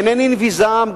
אינני נביא זעם,